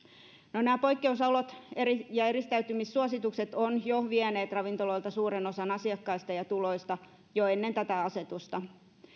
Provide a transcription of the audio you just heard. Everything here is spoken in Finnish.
nämä nämä poikkeusolot ja eristäytymissuositukset ovat vieneet ravintoloilta suuren osan asiakkaista ja tuloista jo ennen tätä asetusta